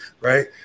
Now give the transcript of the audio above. Right